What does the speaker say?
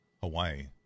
Hawaii